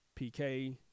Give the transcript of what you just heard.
PK